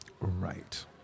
Right